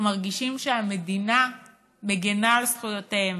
שמרגישים שהמדינה מגינה על זכויותיהם,